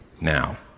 now